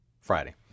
Friday